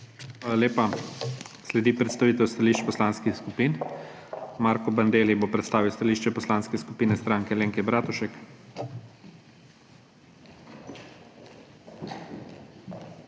Hvala lepa. Sledi predstavitev stališč poslanskih skupin. Marko Bandelli bo predstavil stališče Poslanske skupine Stranke Alenke Bratušek. **MARKO